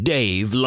Dave